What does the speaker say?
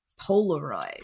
Polaroid